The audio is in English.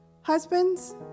Husbands